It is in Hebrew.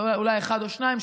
אולי רק אחד או שניים,